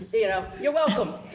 you know, you're welcome.